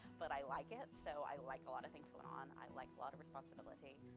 but i like it, so i like a lot of things going on, i like a lot of responsibility.